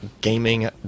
gaming